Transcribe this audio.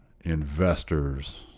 investors